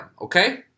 okay